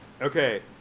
Okay